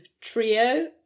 trio